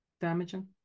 damaging